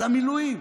על המילואים.